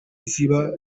ziba